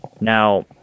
Now